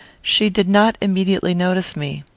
she did not immediately notice me.